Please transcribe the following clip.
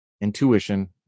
intuition